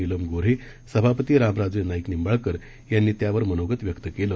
नीलम गोन्हे सभापती रामराजे नाईक यांनी त्यावर मनोगत व्यक्त केलं